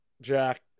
Jack